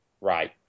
Right